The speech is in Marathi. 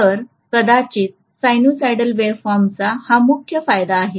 तर कदाचित सायनुसायडल वेव्हफॉर्मचा हा एक मुख्य फायदा आहे